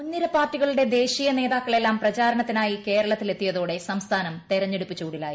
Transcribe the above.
മുൻനിര പാർട്ടികളുടെ ദേശീയ നേതാക്കളെല്ലാം പ്രചാരണത്തിനായി കേരളത്തിൽ എത്തിയതോടെ സംസ്ഥാനം തെരഞ്ഞെടുപ്പ് ചൂടിലായി